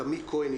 קאמי כהן.